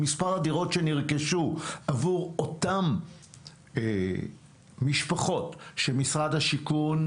מספר הדירות שנרכשו עבור אותן משפחות שמשרד השיכון,